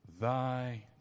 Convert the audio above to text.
thy